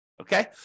Okay